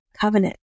covenant